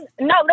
No